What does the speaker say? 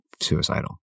suicidal